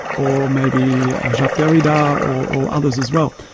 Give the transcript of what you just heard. or maybe jacques derrida, or others as well,